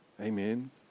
Amen